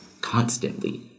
constantly